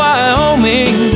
Wyoming